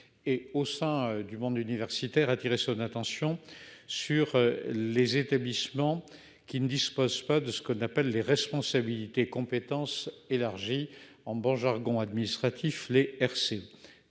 et au sein du monde universitaire attirer son attention sur les établissements qui ne dispose pas de ce qu'on appelle les responsabilités compétences élargies en jargon administratif, Les RC